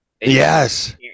yes